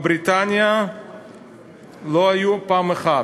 בבריטניה לא הייתה פעם אחת,